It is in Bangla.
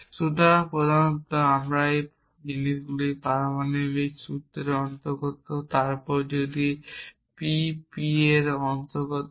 সুতরাং প্রথমত এই জিনিসগুলি পারমাণবিক সূত্রের অন্তর্গত তারপর যদি P এর অন্তর্গত হয়